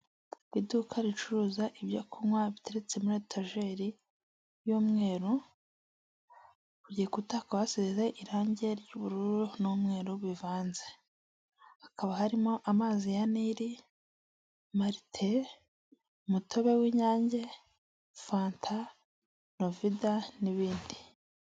Iduka ricuruza ibyo kunywa bitetse muri etajeri y'umweru, ku gikuta hakaba hasize irangi ry'ubururu n'umweru bivanze. Hakaba harimo amazi ya niri, marite ,umutobe w'inyange, fanta ,novida n'ibindi.